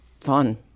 fun